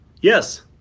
Yes